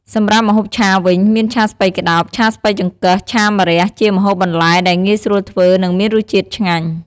សម្រាប់ម្ហូបឆាវិញ មានឆាស្ពៃក្តោប ឆាស្ពៃចង្កឹះ ឆាម្រះ ជាម្ហូបបន្លែដែលងាយស្រួលធ្វើ និងមានរសជាតិឆ្ងាញ់។